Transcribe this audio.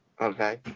Okay